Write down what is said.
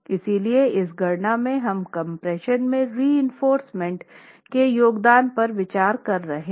इसलिए इस गणना में हम कम्प्रेशन में रीइंफोर्स्मेंट के योगदान पर विचार कर रहे हैं